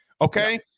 okay